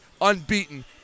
unbeaten